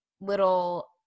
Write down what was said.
little